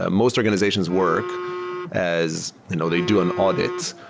ah most organizations work as you know they do an audit.